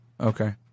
Okay